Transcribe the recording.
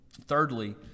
Thirdly